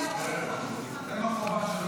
ועוד מדבר.